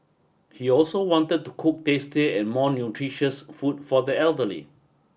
he also wanted to cook tastier and more nutritious food for the elderly